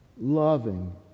loving